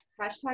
Hashtag